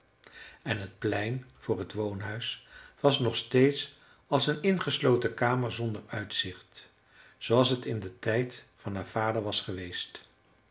en het plein voor het woonhuis was nog steeds als een ingesloten kamer zonder uitzicht zooals het in den tijd van haar vader was geweest